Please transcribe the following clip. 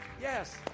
yes